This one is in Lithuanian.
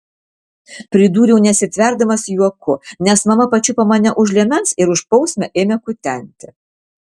pridūriau nesitverdamas juoku nes mama pačiupo mane už liemens ir už bausmę ėmė kutenti